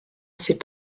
ses